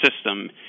system